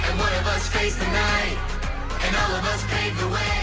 of us faced the night and all of us paved the way